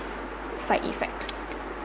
side effects